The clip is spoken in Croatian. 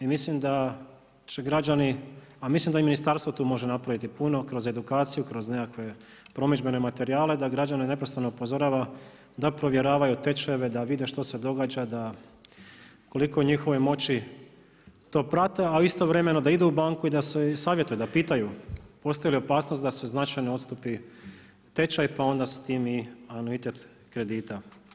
I mislim da će građani, a mislim da i ministarstvo tu može napraviti puno kroz edukaciju, kroz nekakve promidžbene materijale da građane neprestano upozorava da provjeravaju tečajeve, da vide što se događa, da koliko je u njihovoj moći to prate, a istovremeno da idu u banku i da se savjetuju, da pitaju postoji li opasnost da se značajno odstupi tečaj, pa onda s tim i anuitet kredita.